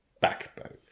backbone